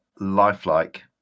lifelike